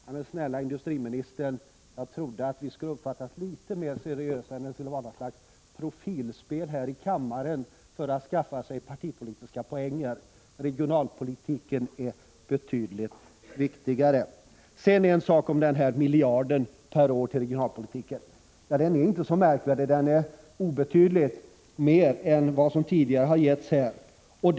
Men snälla industriministern, jag trodde att vi uppfattades som något mer seriösa och inte så att det här skulle vara ett försök till utspel här i kammaren för att ta partipolitiska poäng. Regionalpolitiken är betydligt viktigare. Så några ord om den miljard per år som går till regionalpolitiken. Den är inte så märkvärdig. Det är obetydligt mer än vad som tidigare har gått till regionalpolitiken.